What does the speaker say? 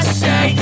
say